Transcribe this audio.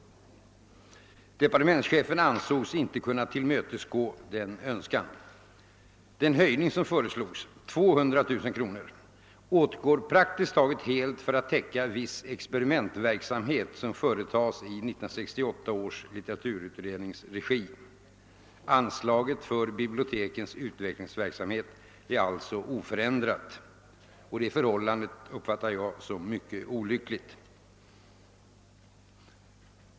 Departementschefen ansåg sig inte kunna tillmötesgå denna önskan. Den höjning som föreslås — 200 000 kr. — åtgår praktiskt helt för att täcka viss experimentverksamhet som företas i regi av 1968 års litteraturutredning. Anslaget för bibliotekens utvecklingsverksamhet är alltså oförändrat. Det förhållandet uppfattar jag som mycket olyckligt.